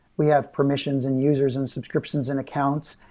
we have permissions in users, in subscriptions, in accounts.